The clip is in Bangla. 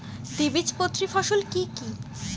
দ্বিবীজপত্রী ফসল কি কি?